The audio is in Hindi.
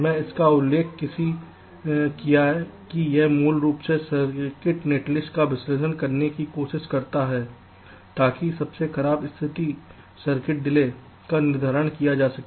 मैंने इसका उल्लेख किया कि यह मूल रूप से सर्किट नेटलिस्ट का विश्लेषण करने की कोशिश करता है ताकि सबसे खराब स्थिति सर्किट डिले का निर्धारण किया जा सके